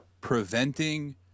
preventing –